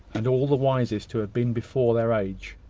and all the wisest who have been before their age